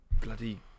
bloody